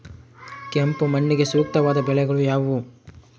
ಕೆಂಪು ಮಣ್ಣಿಗೆ ಸೂಕ್ತವಾದ ಬೆಳೆಗಳು ಯಾವುವು?